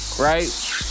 right